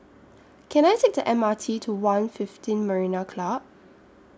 Can I Take The M R T to one fifteen Marina Club